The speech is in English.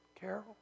Carol